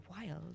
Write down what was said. wild